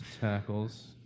Tackles